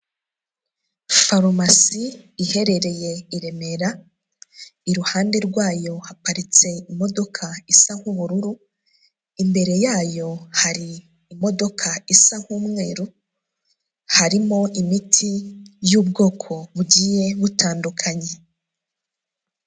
Farumasi iherereye i Remera, iruhande rwayo haparitse imodoka isa nk'ubururu, imbere yayo hari imodoka isa nk'umweru, harimo imiti y'ubwoko bugiye butandukanye.